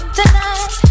tonight